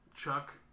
Chuck